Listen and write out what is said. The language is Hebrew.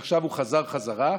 ועכשיו הוא חזר חזרה,